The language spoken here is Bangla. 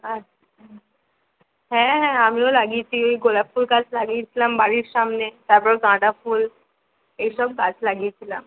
আচ্ছা হ্যাঁ হ্যাঁ আমিও লাগিয়েছি ওই গোলাপ ফুল গাছ লাগিয়েছিলাম বাড়ির সামনে তারপর গাঁদা ফুল এইসব গাছ লাগিয়েছিলাম